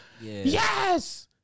yes